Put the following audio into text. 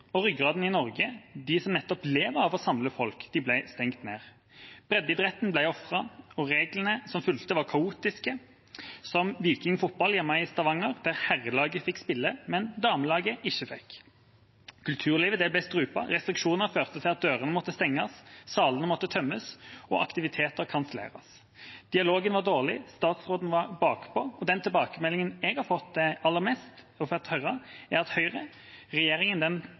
og ryggraden i Norge, de som nettopp lever av å samle folk, ble stengt ned. Breddeidretten ble ofret, og reglene som fulgte, var kaotiske – som for Viking Fotball hjemme i Stavanger, der herrelaget fikk spille, mens damelaget ikke fikk. Kulturlivet ble strupt, restriksjoner førte til at dørene måtte stenges, salene måtte tømmes og aktiviteter kanselleres. Dialogen var dårlig, statsråden var bakpå, og den tilbakemeldingen jeg har fått høre mest, er at Høyre og regjeringa ikke forstår. Reglene traff helt feil. Konsekvensen av den